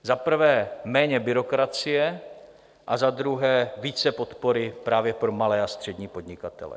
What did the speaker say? Za prvé méně byrokracie a za druhé více podpory právě pro malé a střední podnikatele.